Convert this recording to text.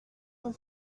ton